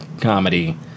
comedy